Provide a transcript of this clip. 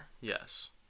Yes